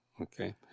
Okay